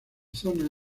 zona